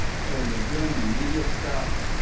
so you're doing the media stuff